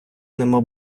нема